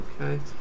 Okay